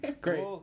Great